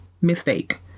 mistake